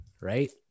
Right